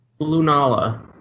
Lunala